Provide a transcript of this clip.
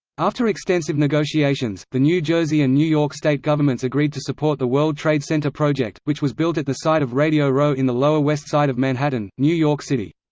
after extensive negotiations, the new jersey and new york state governments agreed to support the world trade center project, which was built at the site of radio row in the lower west side of manhattan, new york city.